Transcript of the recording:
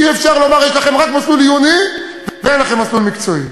אי-אפשר לומר: יש לכם רק מסלול עיוני ואין לכם מסלול מקצועי.